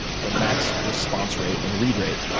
for max response rate and read rate,